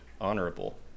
honorable